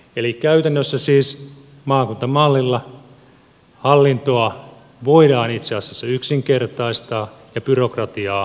eli käytännössä siis maakuntamallilla hallintoa voidaan itse asiassa yksinkertaistaa ja byrokratiaa vähentää